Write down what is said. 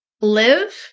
live